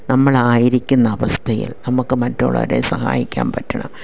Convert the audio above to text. നമ്മളായിരിക്കുന്ന അവസ്ഥയിൽ നമുക്ക് മറ്റുള്ളവരെ സഹായിക്കാൻ പറ്റണം